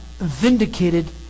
vindicated